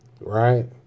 Right